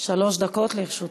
שלוש דקות לרשותך.